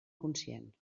conscient